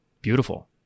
beautiful